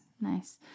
Nice